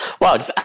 Wow